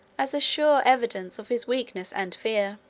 as a sure evidence of his weakness and fear.